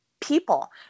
people